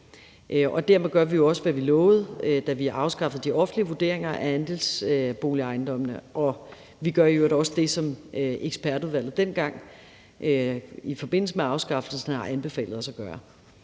dermed gør vi jo også, hvad vi lovede, da vi afskaffede de offentlige vurderinger af andelsboligejendommene, og vi gør i øvrigt også det, som ekspertudvalget dengang i forbindelse med afskaffelsen har anbefalet os at gøre.